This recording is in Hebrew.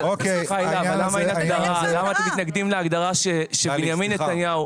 אבל למה אתם מתנגדים להגדרה שבנימין נתניהו